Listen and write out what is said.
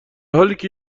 حالیکه